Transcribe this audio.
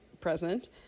present